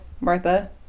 Martha